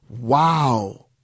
wow